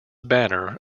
banner